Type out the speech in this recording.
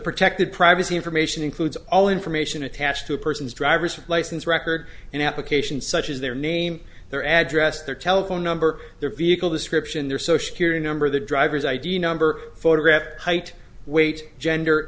protected privacy information includes all information attached to a person's driver's license record an application such as their name their address their telephone number their vehicle description their social here number the driver's id number photograph height weight gender